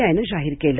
आयनं जाहीर केलं